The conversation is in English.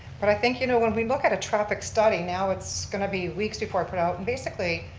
but i think, you know, when we look at a traffic study, now it's going to be weeks before i put out and basically,